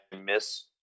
miss